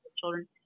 children